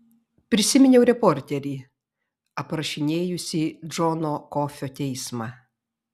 prisiminiau reporterį aprašinėjusį džono kofio teismą